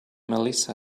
melissa